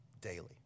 daily